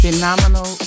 Phenomenal